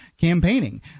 campaigning